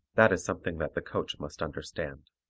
that is something that the coach must understand.